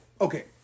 Okay